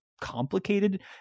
complicated